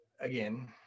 again